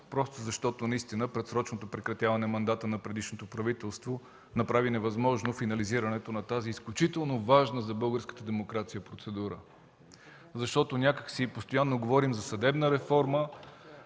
нахалост, защото наистина предсрочното прекратяване на мандата на предишното правителство направи невъзможно финализирането на тази изключително важна за българската демокрация процедура. Защото някак си постоянно говорим за съдебна реформа,